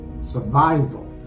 survival